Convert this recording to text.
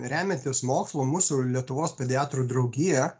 remiantis mokslu mūsų lietuvos pediatrų draugija